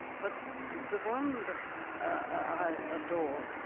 but the one that i adored,